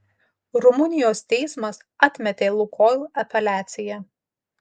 rumunijos teismas atmetė lukoil apeliaciją